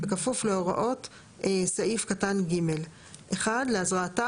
בכפוף להוראות סעיף קטן (ג) (1) להזרעתה